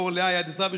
אור הדסה,